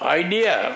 idea